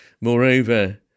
Moreover